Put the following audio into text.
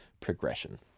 progression